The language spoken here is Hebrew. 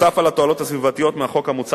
נוסף על התועלות הסביבתיות מהחוק המוצע